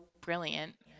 brilliant